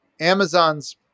Amazon's